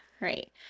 Right